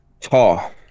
tall